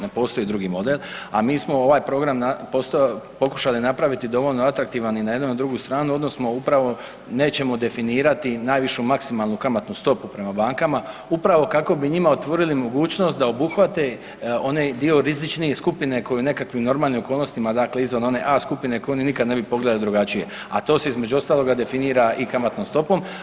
Ne postoji drugi model, a mi smo ovaj program pokušali napraviti dovoljno atraktivan i na jednu i na drugu stranu, odnosno upravo nećemo definirati najvišu maksimalnu kamatnu stopu prema bankama upravo kako bi njima otvorili mogućnost da obuhvate onaj dio rizične skupine koje u nekakvim normalnim okolnostima, dakle izvan one A skupine koju oni nikad ne bi pogledali drugačije, a to se između ostaloga definira i kamatnom stopom.